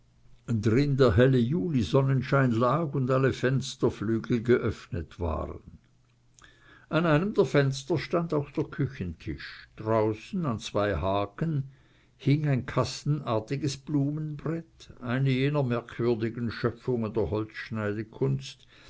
drin der helle julisonnenschein lag und alle fensterflügel geöffnet waren an einem der fenster stand auch der küchentisch draußen an zwei haken hing ein kastenartiges blumenbrett eine jener merkwürdigen schöpfungen der